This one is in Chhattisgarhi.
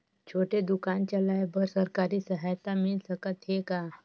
छोटे दुकान चलाय बर सरकारी सहायता मिल सकत हे का?